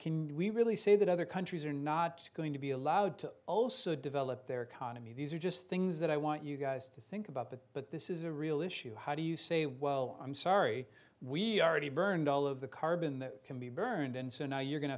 can we really say that other countries are not going to be allowed to also develop their economy these are just things that i want you guys to think about that but this is a real issue how do you say well i'm sorry we aready burnt all of the carbon that can be burned and so now you're go